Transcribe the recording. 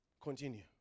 Continue